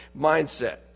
mindset